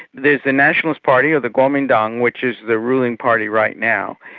there's the nationalist party, or the kuomintang, which is the ruling party right now,